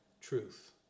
truth